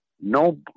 no